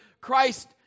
Christ